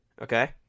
okay